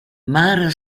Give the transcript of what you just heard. mara